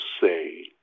say